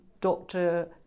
doctor